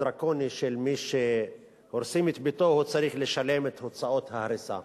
החוק הדרקוני של מי שהורסים את ביתו צריך לשלם את הוצאות ההריסה,